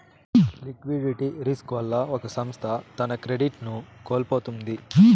liquidity risk వల్ల ఒక సంస్థ తన క్రెడిట్ ను కోల్పోతుంది